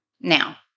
now